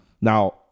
Now